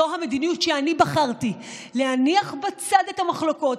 זו המדיניות שאני בחרתי: להניח בצד את המחלוקות,